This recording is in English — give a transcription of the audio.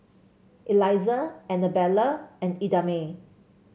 Elizah Annabella and Idamae